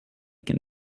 can